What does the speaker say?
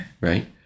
right